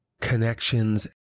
connections